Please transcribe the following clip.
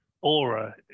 aura